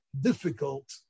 difficult